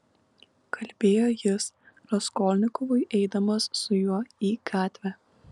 kalbėjo jis raskolnikovui eidamas su juo į gatvę